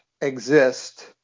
exist